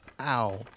ow